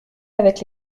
avec